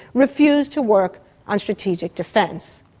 refused to work on strategic defence.